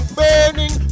burning